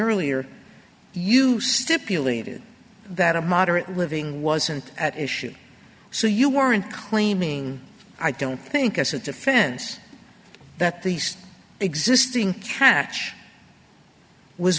earlier you stipulated that a moderate living wasn't at issue so you weren't claiming i don't think as a defense that these existing cash was